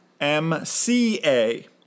MCA